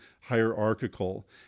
hierarchical